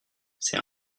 c’est